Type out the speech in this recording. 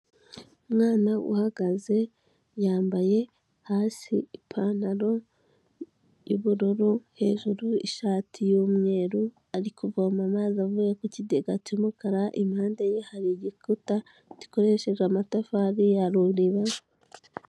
Umwana uhagaze yambaye hasi ipantaro y'ubururu, hejuru ishati y'umweru, ari kuvoma amazi avuye ku kigega cy'umukara, impande ye hari igikuta gikoresheje amatafari ya ruriba.